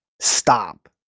stop